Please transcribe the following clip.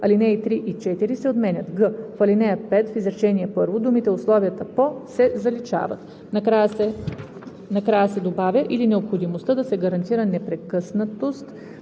алинеи 3 и 4 се отменят; г) в ал. 5, в изречение първо думите „условията по“ се заличават, накрая се добавя „или необходимостта да се гарантира непрекъснатост